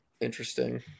interesting